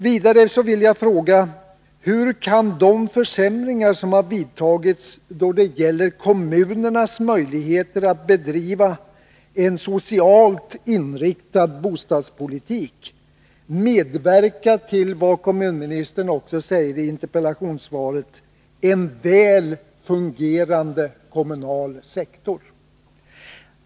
Vidare vill jag fråga: Hur kan de försämringar som har vidtagits då det gäller kommunernas möjligheter att bedriva en socialt inriktad bostadspolitik medverka till, som kommunministern också säger i interpellationssvaret, en väl fungerande kommunal sektor?